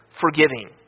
forgiving